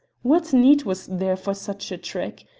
what need was there for such a trick?